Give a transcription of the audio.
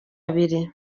abiri